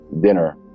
dinner